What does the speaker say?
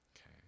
okay